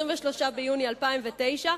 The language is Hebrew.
23 ביוני 2009,